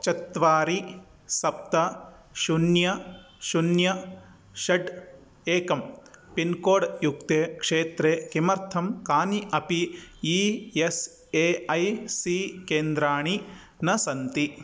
चत्वारि सप्त शुन्यं शुन्यं षट् एकम् पिन्कोड् युक्ते क्षेत्रे किमर्थं कानि अपि E S A I C केन्द्राणि न सन्ति